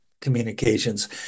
communications